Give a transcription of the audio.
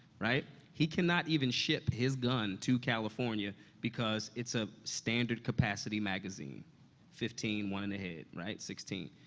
right? he cannot even ship his gun to california because it's a standard-capacity magazine fifteen, one in the head, right? sixteen.